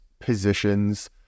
positions